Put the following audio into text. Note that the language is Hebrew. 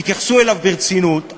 יתייחסו אליו ברצינות,